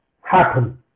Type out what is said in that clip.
happen